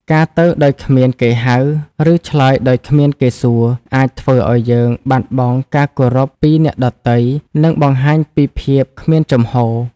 ការទៅដោយគ្មានគេហៅ ឬឆ្លើយដោយគ្មានគេសួរ អាចធ្វើឲ្យយើងបាត់បង់ការគោរពពីអ្នកដទៃ និងបង្ហាញពីភាពគ្មានជំហរ។